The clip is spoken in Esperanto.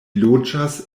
loĝas